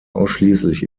ausschließlich